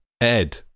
Ed